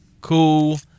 cool